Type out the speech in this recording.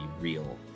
real